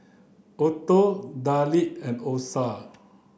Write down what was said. Otho Dale and Osa